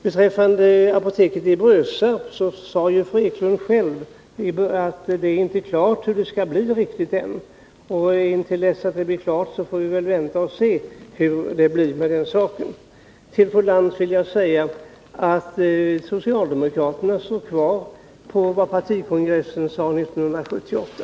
Beträffande apoteket i Brösarp sade ju fru Ekelund själv att det ännu inte är klart hur det blir med det. Till dess får vi väl vänta och se. Till fru Lantz vill jag säga att socialdemokraterna vidhåller vad partikongressen sade 1978.